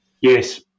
Yes